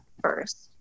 first